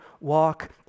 walk